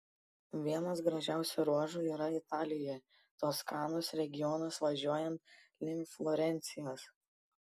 vienas gražiausių ruožų yra italijoje toskanos regionas važiuojant link florencijos